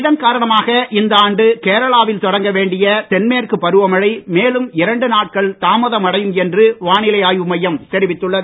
இதன் காரணமாக இந்த ஆண்டு கேரளாவில் தொடங்க வேண்டிய தென்மேற்கு பருவமழை மேலும் சில நாட்கள் தாமதமடையும் என்றும் வானிலை ஆய்வுமையம் தெரிவித்துள்ளது